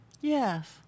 Yes